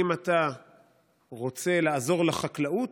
אם אתה רוצה לעזור לחקלאות,